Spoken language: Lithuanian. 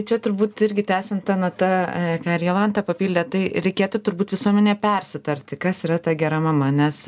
čia turbūt irgi tęsiant ta nata ką ir jolanta papildė tai reikėtų turbūt visuomenėje persitarti kas yra ta gera mama nes